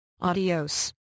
Adios